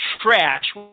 trash